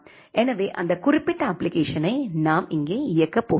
எனவே அந்த குறிப்பிட்ட அப்ப்ளிகேசனை நாம் இங்கே இயக்கப் போகிறோம்